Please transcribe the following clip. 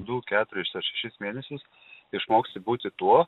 du keturis ar šešis mėnesius išmoksi būti tuo